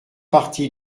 parti